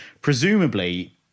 Presumably